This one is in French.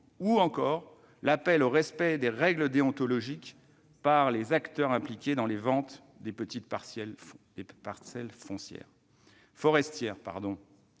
ou encore par l'appel au respect des règles déontologiques par les acteurs impliqués dans les ventes de petites parcelles forestières.